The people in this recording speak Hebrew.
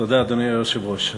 תודה, אדוני היושב-ראש.